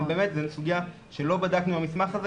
אבל באמת זו סוגיה שלא בדקנו במסמך הזה